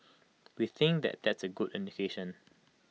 we think that that's A good indication